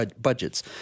budgets